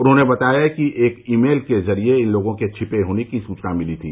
उन्होंने बताया कि एक ई मेल के जरिये इन लोगों के छिपे होने की सूचना मिली थी